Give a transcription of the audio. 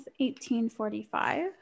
1845